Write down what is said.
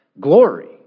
glory